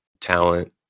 talent